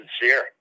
sincere